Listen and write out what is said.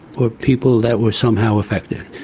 were people that were somehow affected.